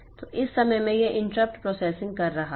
तो इस समय में यह इंटरप्ट प्रोसेसिंग कर रहा है